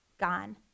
gone